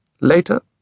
Later